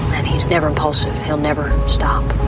and he's never impulsive, he'll never stop.